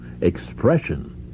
Expression